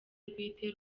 bwite